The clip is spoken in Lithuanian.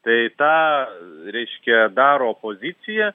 tai tą reiškia daro opozicija